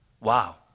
Wow